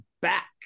back